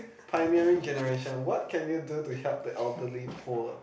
pioneering generation what can you do to help the elderly poor